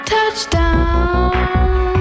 Touchdown